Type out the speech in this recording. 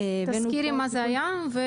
תזכירי מה זה היה.